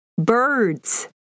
birds